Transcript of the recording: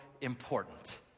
important